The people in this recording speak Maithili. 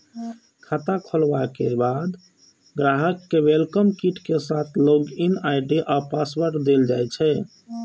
खाता खोलाबे के बाद ग्राहक कें वेलकम किट के साथ लॉग इन आई.डी आ पासवर्ड देल जाइ छै